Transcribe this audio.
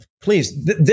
please